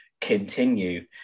continue